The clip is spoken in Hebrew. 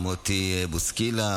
מוטי בוסקילה,